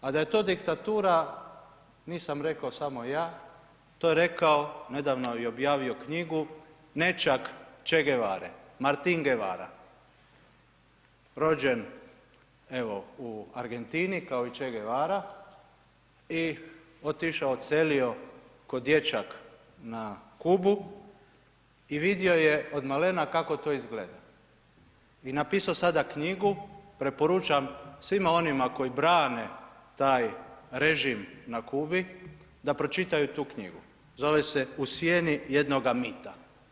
A da je to diktatura, nisam rekao samo ja to je rekao nedavno i objavio knjigu nećak Che Guevare, Martin Guevara, rođen evo u Argentini kao i Che Guevara i otišao, odselio kao dječak na Kubu i vidio je odmalena kako to izgleda i napisao sada knjigu, preporučam svima onima koji brane taj režim na Kubi da pročitaju tu knjigu, zove se „U sjedni jednoga mita“